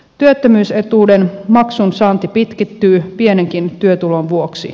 työttömyysetuuden maksun saanti pitkittyy pienenkin työtulon vuoksi